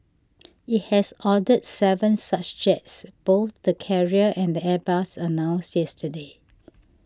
it has ordered seven such jets both the carrier and Airbus announced yesterday